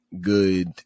good